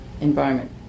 environment